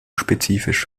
spezifisch